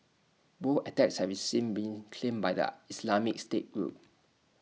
both attacks have since been claimed by the Islamic state group